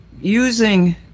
using